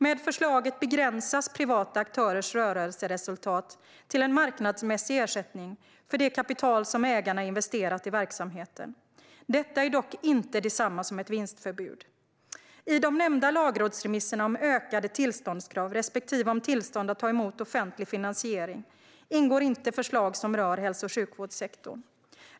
Med förslaget begränsas privata aktörers rörelseresultat till en marknadsmässig ersättning för det kapital som ägarna investerat i verksamheten. Detta är dock inte detsamma som ett vinstförbud. I de nämnda lagrådsremisserna om ökade tillståndskrav respektive om tillstånd att ta emot offentlig finansiering ingår inte förslag som rör hälso och sjukvårdssektorn.